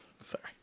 Sorry